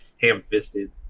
ham-fisted